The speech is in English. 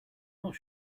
not